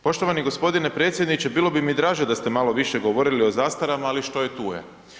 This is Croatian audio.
Poštovani g. predsjedniče bilo bi mi draže da ste malo više govorili o zastarama, ali što je tu je.